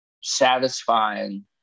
satisfying